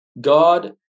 God